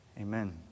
Amen